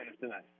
tonight